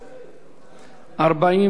אין מתנגדים, אין נמנעים.